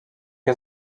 què